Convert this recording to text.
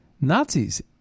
Nazis